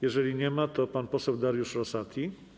Jeżeli nie ma, to pan poseł Dariusz Rosati.